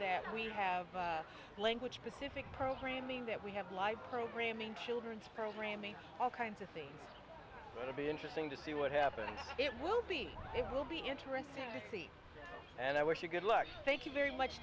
that we have language specific programming that we have like programming children's programming all kinds of things will be interesting to see what happens it will be it will be interesting to see and i wish you good luck thank you very much